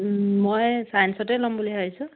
মই চাইেঞ্চতে ল'ম বুলি ভাবিছোঁ